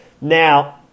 Now